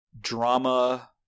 drama